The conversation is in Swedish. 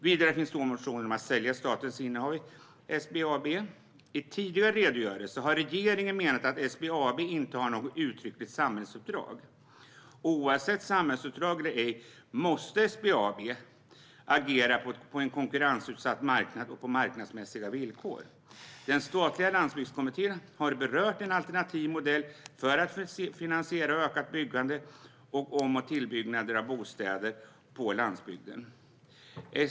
Vidare finns två motioner om att sälja statens innehav i SBAB. I tidigare redogörelser har regeringen menat att SBAB inte har något uttryckligt samhällsuppdrag. Oavsett samhällsuppdrag eller ej måste SBAB agera på en konkurrensutsatt marknad och på marknadsmässiga villkor. Den statliga Landsbygdskommittén har berört en alternativ modell för att finansiera ett ökat byggande och om och tillbyggnad av bostäder på landsbygden.